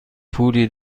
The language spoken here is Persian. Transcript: پولی